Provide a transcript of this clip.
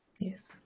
Yes